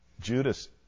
Judas